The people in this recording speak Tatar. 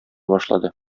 башлады